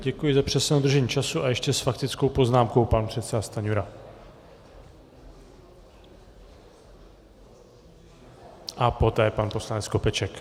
Děkuji i za přesné dodržení času a ještě s faktickou poznámkou pan předseda Stanjura, poté pan poslanec Skopeček.